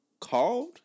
called